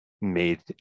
made